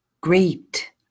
great